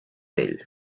ell